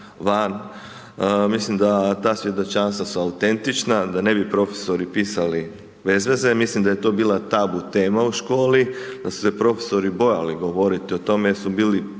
van, mislim da ta svjedočanstva su autentična, da ne bi profesori pisali bez veze, mislim da je to bila tabu tema u školi, da su se profesori bojali govoriti o tome jer su bili,